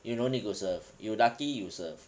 you don't need to serve you lucky you serve